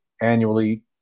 annually